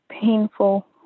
painful